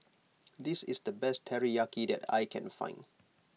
this is the best Teriyaki that I can find